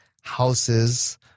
houses